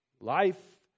Life